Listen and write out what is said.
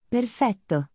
Perfetto